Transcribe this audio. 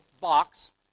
box